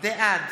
בעד